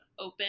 open